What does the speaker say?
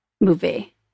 movie